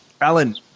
Alan